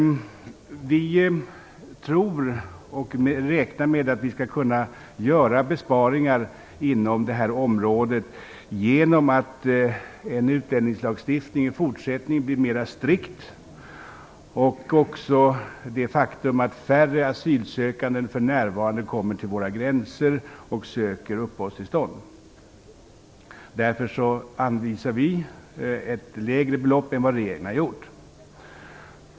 Vi tror och räknar med att vi skall kunna göra besparingar inom detta område genom en utlänningslagstiftning som i fortsättningen blir mera strikt samt också genom det faktum att färre asylsökanden för närvarande kommer till våra gränser för att söka uppehållstillstånd. Därför anvisar vi ett lägre belopp än vad regeringen har gjort.